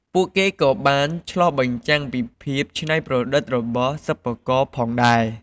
ពួកវាក៏បានឆ្លុះបញ្ចាំងពីភាពច្នៃប្រឌិតរបស់សិប្បករផងដែរ។